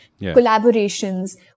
collaborations